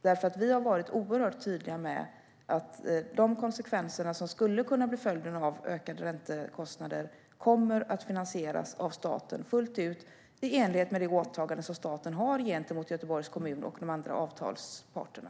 Vi har nämligen varit oerhört tydliga med att de konsekvenser som skulle kunna bli följden av ökade räntekostnader kommer att finansieras av staten fullt ut, i enlighet med det åtagande som staten har gentemot Göteborgs kommun och de andra avtalsparterna.